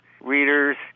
readers